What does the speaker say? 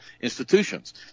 institutions